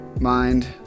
mind